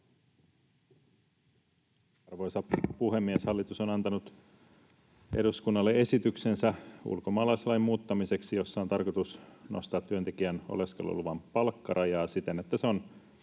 Arvoisa puhemies! Hallitus on antanut eduskunnalle esityksensä ulkomaalaislain muuttamiseksi, jossa on tarkoitus nostaa työntekijän oleskeluluvan palkkarajaa siten, että se on